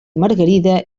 margarida